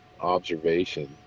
observation